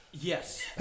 Yes